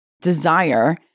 desire